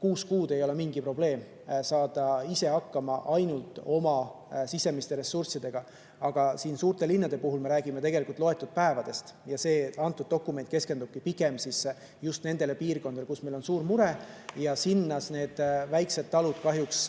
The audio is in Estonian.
kuus kuud ei ole mingi probleem saada hakkama ainult oma sisemiste ressurssidega. Aga suurte linnade puhul me räägime tegelikult loetud päevadest. See dokument keskendubki pigem just nendele piirkondadele, kus meil on suur mure, ja sinna väiksed talud kahjuks